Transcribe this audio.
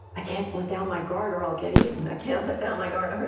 i can't let down my guard or i'll get eaten. i can't let down my guard.